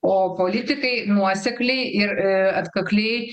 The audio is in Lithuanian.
o politikai nuosekliai ir atkakliai